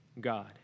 God